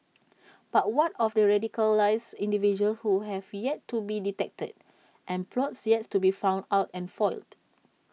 but what of radicalised individuals who have yet to be detected and plots yet to be found out and foiled